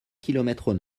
kilomètres